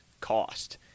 cost